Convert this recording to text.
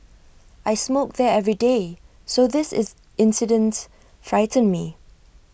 I smoke there every day so this is incidents frightened me